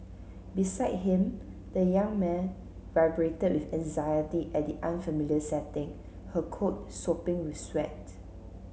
beside him the young mare vibrated with anxiety at the unfamiliar setting her coat sopping with sweat